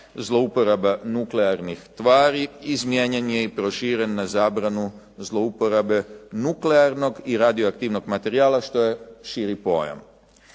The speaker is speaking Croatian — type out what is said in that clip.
zlouporaba nuklearnih tvari izmijenjen je i proširen na zabranu zlouporabe nuklearnog i radioaktivnog materijala što je širi pojam.